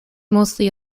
mostly